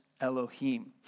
Elohim